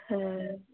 হ্যাঁ